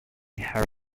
her